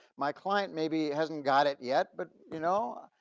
my client maybe hasn't got it yet. but you know,